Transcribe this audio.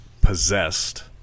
possessed